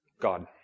God